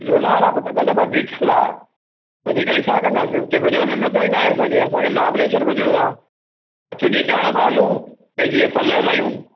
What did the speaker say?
लोनावला पुटु ॿ दफ़ा ॾिठल आहे वञी करे छा कंदासीं हुते वञण में मज़ो ई न आहे असांखे महाबलेश्वर वञिणो आहे तुंहिंजे चवण सां हलू पंहिंजी असां न हलायूं